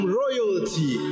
royalty